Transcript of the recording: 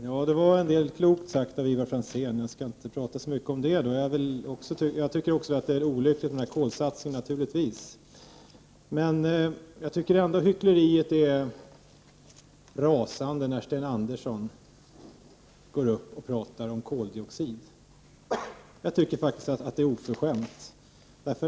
Herr talman! Ivar Franzén sade en del kloka saker. Jag skall inte prata så mycket om det. Jag tycker också naturligtvis att kolsatsningen är olycklig. Jag tycker ändå hyckleriet är rasande när Sten Andersson i Malmö går upp och talar om koldioxid. Det är oförskämt!